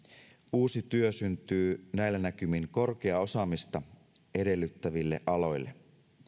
uusi työ syntyy näillä näkymin korkeaa osaamista edellyttäville aloille